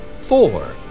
four